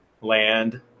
land